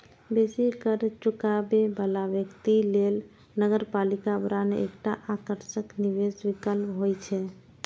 बेसी कर चुकाबै बला व्यक्ति लेल नगरपालिका बांड एकटा आकर्षक निवेश विकल्प होइ छै